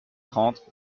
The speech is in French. trente